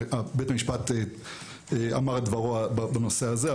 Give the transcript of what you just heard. ובית המשפט אמר את דברו בנושא הזה.